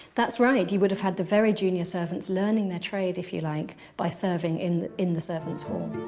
that's right. you would have had the very junior servants learning their trade, if you like, by serving in the in the servants' hall.